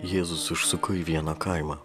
jėzus užsuko į vieną kaimą